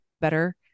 better